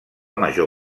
major